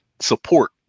support